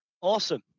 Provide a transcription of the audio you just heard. Awesome